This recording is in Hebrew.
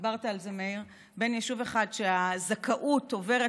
דיברת על זה, מאיר, שהזכאות עוברת.